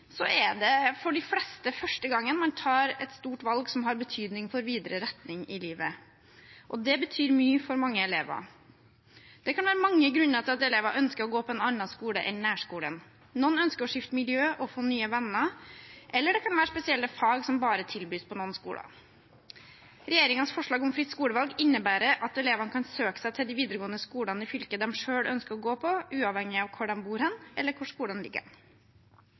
er det for de fleste første gangen man tar et stort valg som har betydning for videre retning i livet, og det betyr mye for mange elever. Det kan være mange grunner til at elever ønsker å gå på en annen skole enn nærskolen. Noen ønsker å skifte miljø og få nye venner, eller det kan være spesielle fag som bare tilbys på noen skoler. Regjeringens forslag om fritt skolevalg innebærer at elevene kan søke seg til de videregående skolene i fylket de selv ønsker å gå på, uavhengig av hvor de bor, eller hvor skolen ligger.